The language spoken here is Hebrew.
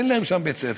אין להם שם בית-ספר.